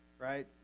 right